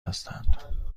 هستند